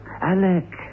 Alec